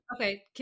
Okay